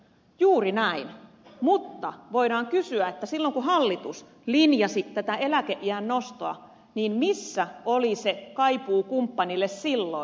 juuri näin mutta voidaan kysyä että silloin kun hallitus linjasi tätä eläkeiän nostoa niin missä oli se kaipuu kumppanille silloin